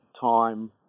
time